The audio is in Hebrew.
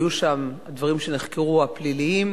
היו שם דברים שנחקרו, הפליליים,